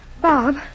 Bob